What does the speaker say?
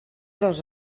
dos